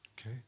okay